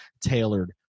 tailored